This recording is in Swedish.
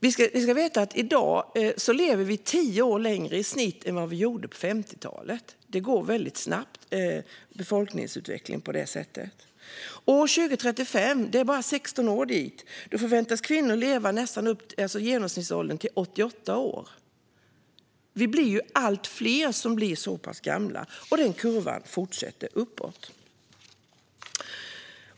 I dag lever vi i snitt tio år längre än vad vi gjorde på 50-talet. Befolkningsutvecklingen går på det sättet väldigt snabbt. År 2035, om bara 16 år, förväntas kvinnors genomsnittliga livslängd vara 88 år. Vi blir allt fler som blir så pass gamla, och den kurvan fortsätter uppåt.